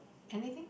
anything